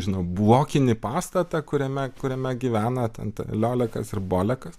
žinau blokinį pastatą kuriame kuriame gyvena ten liolekas ir bolrkas